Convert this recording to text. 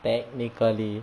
technically